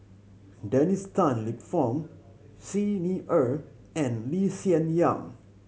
Dennis Tan Lip Fong Xi Ni Er and Lee Hsien Yang